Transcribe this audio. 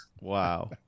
Wow